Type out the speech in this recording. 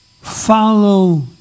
follow